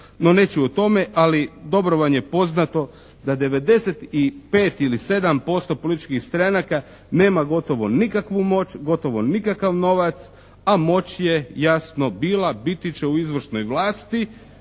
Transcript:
No neću o tome, ali dobro vam je poznato da 95 ili 97% političkih stranaka nema gotovo nikakvu moć, gotovo nikakav novac, a moć je jasno bila, biti će u izvršnoj vlasti